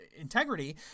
integrity